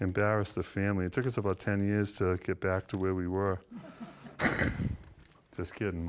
embarrass the family it took us about ten years to get back to where we were just kidding